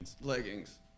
Leggings